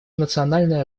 национальное